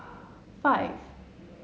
five